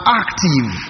active